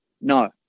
no